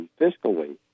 fiscally